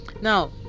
now